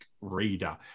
reader